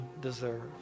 deserve